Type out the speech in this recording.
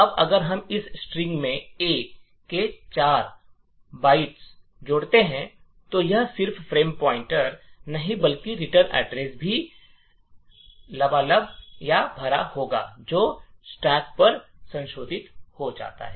अब अगर हम इस स्ट्रिंग में ए के 4 और बाइट जोड़ते हैं तो यह सिर्फ फ्रेम पॉइंटर नहीं बल्कि रिटर्न एड्रेस भी लबालब होगा जो स्टैक पर संशोधित हो जाता है